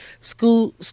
school